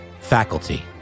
faculty